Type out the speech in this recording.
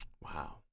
Wow